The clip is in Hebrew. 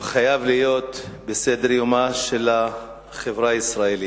וחייב להיות בסדר-יומה של החברה הישראלית.